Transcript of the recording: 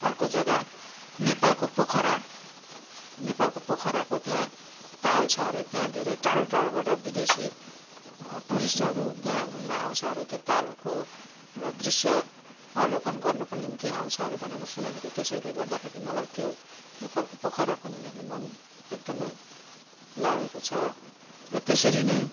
अर्को जग्गा नेपालको पोखरा नेपालको पोखराको त्यहाँ ताल छ हरे त्यहाँ धेरै टाडो टाडोबट विदेशी टुरिस्टहरू त्यहाँ घुम्न आउँछ अरे त्यो तालको एउटा दृश्य अवलोकन गर्नुको निम्ति आउँछ अरे भनेको सुनेको थिएँ त्यसैले गर्दाखेरि मलाई त्यो नेपालको पोखरा पनि हेर्नु मन एकदमै लागेको छ र त्यसरी नै